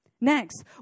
Next